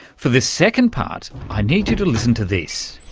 for this second part i need you to listen to this,